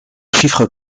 chiffre